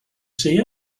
see